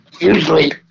usually